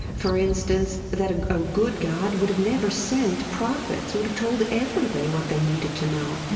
for instance, that a ah good god would have never sent prophets. he would have told everybody what they needed to know.